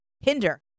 hinder